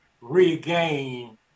regain